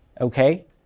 okay